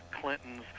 Clinton's